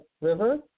River